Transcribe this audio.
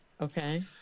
Okay